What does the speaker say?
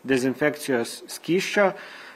dezinfekcijos skysčio